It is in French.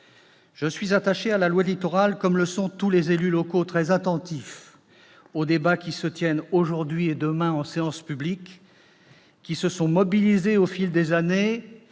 Je suis attaché à la loi Littoral, comme le sont tous les élus locaux, très attentifs au débat qui se tient aujourd'hui en séance publique, qui se sont mobilisés au fil des années